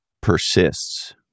persists